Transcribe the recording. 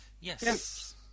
Yes